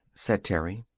said terry.